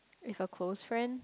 if a close friend